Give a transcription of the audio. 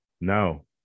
no